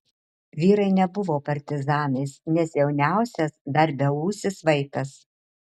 vyrai nebuvo partizanais nes jauniausias dar beūsis vaikas